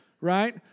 right